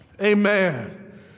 Amen